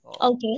Okay